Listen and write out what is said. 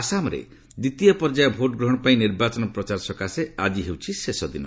ଆସାମରେ ଦ୍ୱିତୀୟ ପର୍ଯ୍ୟାୟ ଭୋଟ ଗ୍ରହଣ ପାଇଁ ନିର୍ବାଚନ ପ୍ରଚାର ସକାଶେ ଆଜି ହେଉଛି ଶେଷ ଦିନ